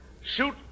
shoot